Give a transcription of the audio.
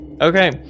Okay